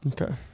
Okay